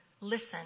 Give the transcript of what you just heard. Listen